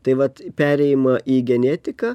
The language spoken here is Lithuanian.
tai vat perėjimą į genetiką